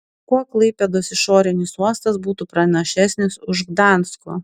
kuo klaipėdos išorinis uostas būtų pranašesnis už gdansko